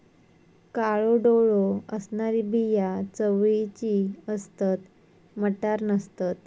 काळो डोळो असणारी बिया चवळीची असतत, मटार नसतत